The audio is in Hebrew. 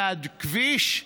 מהכביש,